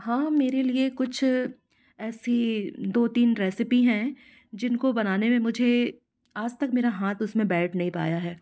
हाँ मेरे लिए कुछ ऐसी दो तीन रेसिपी हैं जिनको बनाने में मुझे आज तक मेरा हाथ उसमें बैठ नहीं पाया है